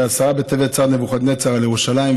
בעשרה טבת צר נבוכדנצר על ירושלים,